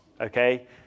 Okay